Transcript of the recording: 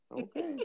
Okay